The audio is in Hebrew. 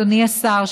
אדוני השר,